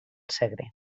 segre